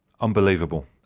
Unbelievable